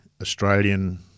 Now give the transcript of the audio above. Australian